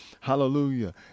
Hallelujah